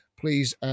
please